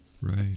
Right